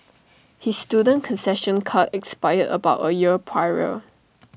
his student concession card expired about A year prior